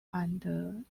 and